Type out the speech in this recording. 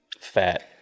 fat